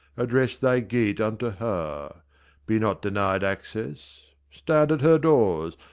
address thy gait unto her be not denied access, stand at her doors,